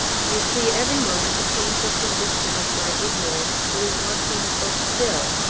you see, every moment the painful conviction of my ignorance grew more painful still,